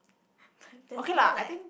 there's no like